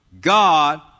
God